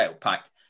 packed